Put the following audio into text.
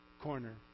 corner